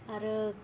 आरो